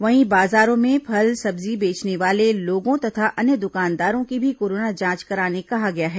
वहीं बाजारों में फल सब्जी बेचने वाले लोगों तथा अन्य दुकानदारों की भी कोरोना जांच कराने कहा गया है